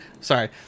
Sorry